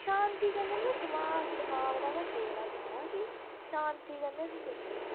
शांति कन्नै दमाक दमाक दा खेल ऐ सारा कि शांति कन्नै उसी सोचनी